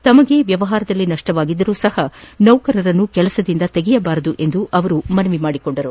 ತಮಗೆ ವ್ಯವಹಾರದಲ್ಲಿ ನಷ್ಟವಾಗಿದ್ದರೂ ನೌಕರರನ್ನು ಕೆಲಸದಿಂದ ತೆಗೆಯಬಾರದು ಎಂದು ಅವರು ಮನವಿ ಮಾಡಿದರು